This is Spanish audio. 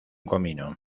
comino